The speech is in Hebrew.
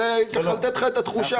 זה כדי לתת לך את התחושה.